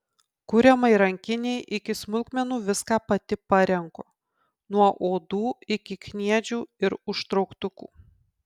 kuriamai rankinei iki smulkmenų viską pati parenku nuo odų iki kniedžių ir užtrauktukų